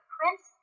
Prince